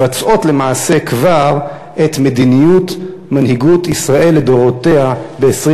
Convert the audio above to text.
כבר מבצעים למעשה את מדיניות מנהיגות ישראל לדורותיה ב-20